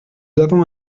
avons